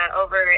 over